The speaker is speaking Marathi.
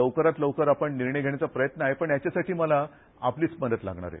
लवकरात लवकर निर्णय घेण्याचा प्रयत्न आहे पण याच्यासाठी मला आपलीच मदत लागणार आहे